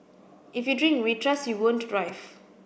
if you drink we trust you won't drive